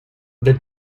the